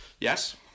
Yes